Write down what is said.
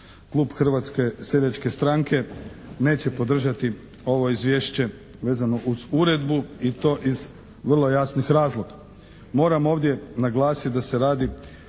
Klub Hrvatske seljačke stranke neće podržati ovo izvješće vezano uz uredbu i to iz vrlo jasnih razloga. Moram ovdje naglasiti da se radi